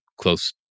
close